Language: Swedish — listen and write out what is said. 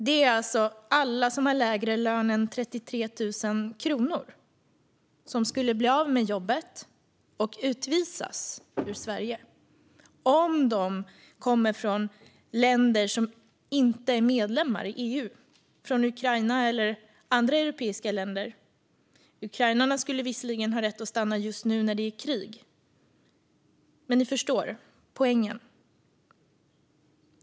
Det är alltså alla som har lägre lön än 33 000 kronor i månaden som skulle bli av med jobbet och utvisas ur Sverige om de kommer från länder som inte är medlemmar i EU, från Ukraina eller andra europeiska länder. Ukrainarna skulle visserligen ha rätt att stanna just nu när det är krig, men ni förstår poängen.